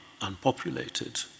unpopulated